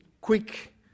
quick